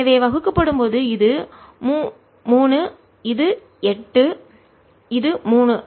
எனவே வகுக்கப்படும் போது இது 3 இது 8 இது 3